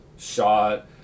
shot